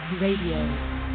RADIO